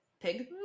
pig